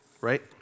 right